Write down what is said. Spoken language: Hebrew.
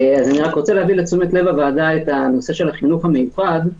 להביא לתשומת לב הוועדה את נושא החינוך המיוחד.